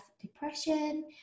depression